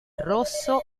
rosso